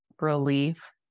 relief